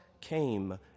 came